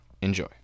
Enjoy